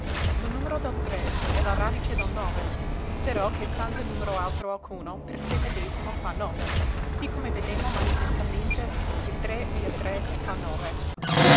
numero del tre è la radice del nove però che sanza numero altro alcuno per se medesimo fa nove sì come vedemo manifestamente che tre via tre fa nove